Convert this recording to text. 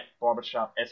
Barbershop